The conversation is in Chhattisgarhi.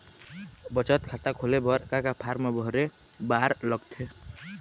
बचत खाता खोले बर का का फॉर्म भरे बार लगथे?